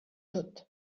tot